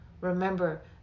Remember